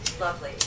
lovely